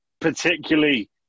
particularly